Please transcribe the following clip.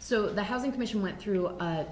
so the housing commission went through a